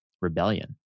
rebellion